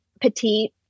petite